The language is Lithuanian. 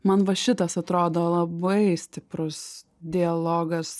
man va šitas atrodo labai stiprus dialogas